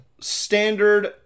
standard